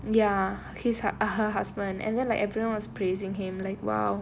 ya he's her uh her husband and then like everyone was praising him like !wow!